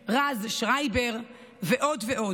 רז שרייבר ועוד ועוד.